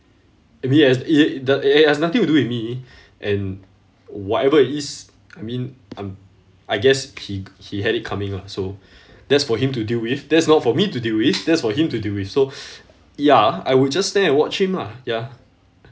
if he has i~ da~ it has nothing to do with me and whatever it is I mean I'm I guess he he had it coming ah so that's for him to deal with that's not for me to deal with that's for him to deal with so ya I would just stand and watch him lah ya